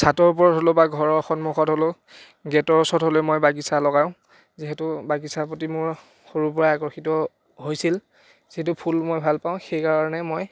চাদৰ ওপৰত হ'লেও বা ঘৰৰ সন্মুখত হ'লেও গেটৰ ওচৰত হ'লেও মই বাগিছা লগাওঁ যিহেতু বাগিছাৰ প্ৰতি মই সৰুৰ পৰাই আকৰ্ষিত হৈছিল যিহেতু ফুল মই ভাল পাওঁ সেইকাৰণে মই